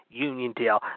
Uniondale